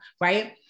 right